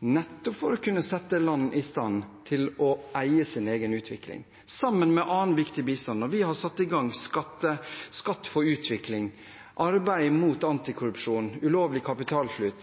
nettopp for å kunne sette land i stand til å eie sin egen utvikling, sammen med annen viktig bistand. Når vi har satt i gang Skatt for utvikling, arbeidet mot korrupsjon og mot ulovlig